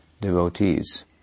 devotees